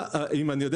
אם אני יודע